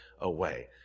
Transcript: away